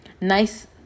nice